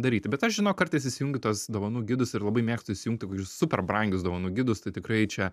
daryti bet aš žinok kartais įsijungiu tuos dovanų gidus ir labai mėgstu įsijungti kokius super brangius dovanų gidus tai tikrai čia